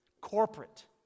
corporate